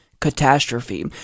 catastrophe